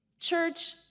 Church